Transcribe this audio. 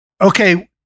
Okay